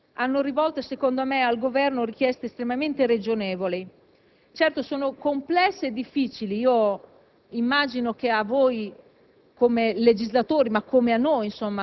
le colleghe hanno rivolto al Governo richieste estremamente ragionevoli; certo, sono complesse e difficili. Immagino che per voi